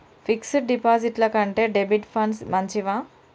Fix డ్ డిపాజిట్ల కంటే డెబిట్ ఫండ్స్ మంచివా?